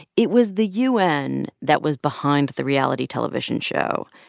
it was the u n. that was behind the reality television show.